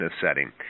setting